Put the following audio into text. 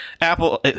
Apple